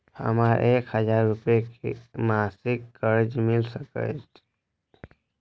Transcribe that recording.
हमरा एक हजार रुपया के मासिक कर्जा मिल सकैये?